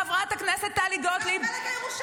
חברת הכנסת טלי גוטליב -- זה הפלג הירושלמי,